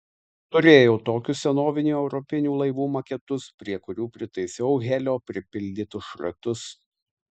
turėjau tokius senovinių europinių laivų maketus prie kurių pritaisiau helio pripildytus šratus